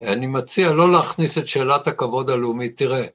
אני מציע לא להכניס את שאלת הכבוד הלאומי, תראה.